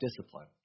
discipline